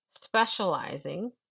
specializing